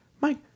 Mike